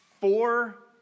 four